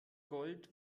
gold